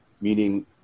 meaning